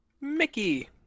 Mickey